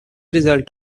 result